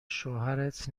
شوهرت